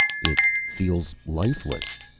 it feels lifeless,